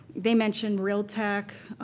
they mentioned realtec,